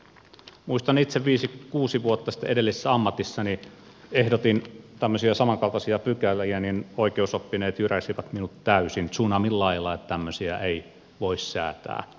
muistan kun itse viisi kuusi vuotta sitten edellisessä ammatissani ehdotin tämmöisiä samankaltaisia pykäliä niin oikeusoppineet jyräsivät minut täysin tsunamin lailla että tämmöisiä ei voi säätää